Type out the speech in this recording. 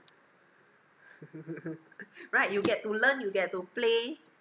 right you get to learn you get to play